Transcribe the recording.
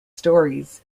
stories